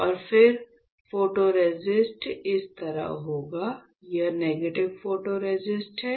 और फिर फोटोरेसिस्ट इस तरह होगा यह नेगेटिव फोटोरेसिस्ट है